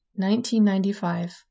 1995